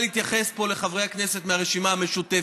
ואני רוצה להתייחס פה לחברי הכנסת מהרשימה המשותפת.